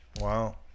Wow